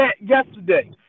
yesterday